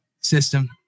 system